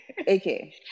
Okay